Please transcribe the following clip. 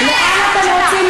חברת הכנסת